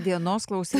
vienos klausy